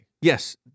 yes